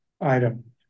item